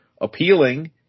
appealing